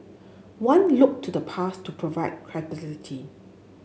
one looked to the past to provide credibility